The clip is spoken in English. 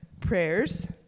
Prayers